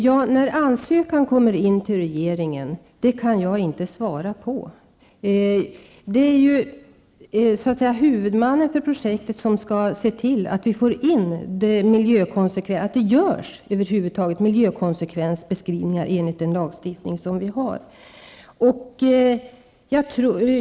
Herr talman! Jag kan inte svara på när ansökan kommer in till regeringen. Huvudmannen för projektet skall se till att det görs miljökonsekvensbeskrivningar enligt den lagstiftning vi har.